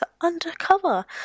undercover